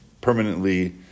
permanently